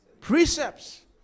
precepts